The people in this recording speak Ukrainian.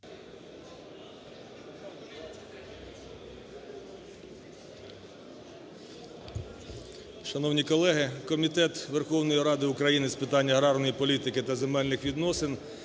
Шановні колеги, Комітет Верховної Ради України з питань аграрної політики та земельних відносин